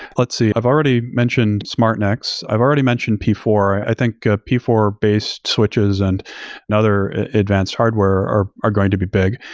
let's see. i've already mentioned smartnics, i've already mentioned p four. i think ah p four based switches and and other advanced hardware are are going to be big.